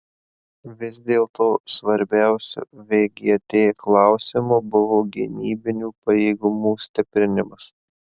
vis dėlto svarbiausiu vgt klausimu buvo gynybinių pajėgumų stiprinimas